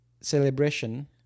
celebration